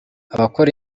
abakora